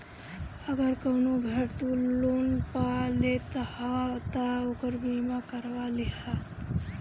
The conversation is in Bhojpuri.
अगर कवनो घर तू लोन पअ लेत हवअ तअ ओकर बीमा करवा लिहअ